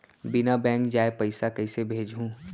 बिना बैंक जाए पइसा कइसे भेजहूँ?